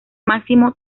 máximo